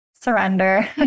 surrender